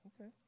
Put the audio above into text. okay